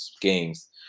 games